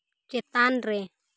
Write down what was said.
ᱪᱮᱛᱟᱱ ᱨᱮ